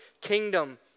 kingdom